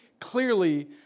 clearly